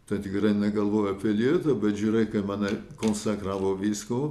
tai tikrai negalvojau apie lietuvą bet žiūrėk ką mane konsekravo vyskupu